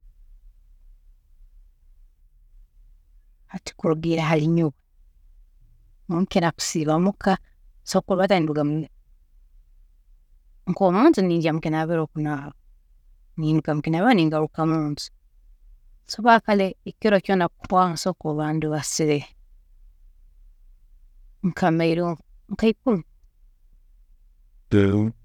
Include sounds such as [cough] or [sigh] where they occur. Hati kulugiirra hari nyowe, nkira kusiiba muka nsobola kulubata ninduga nk'omunju ninjya mukinaabiro kunaaba ninduga mukunaabiro ningaruka munju, so ekiro kyoona kuhwaaho nsobola kuba ndubasire nka mailo nk'ikumi. [noise]